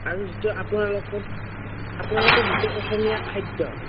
আৰু যিটো আপোনালোকৰ আপোনালোকৰ যিটো অসমীয়া খাদ্য